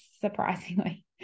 surprisingly